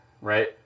right